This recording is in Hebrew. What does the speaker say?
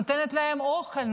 נותנת להם אוכל,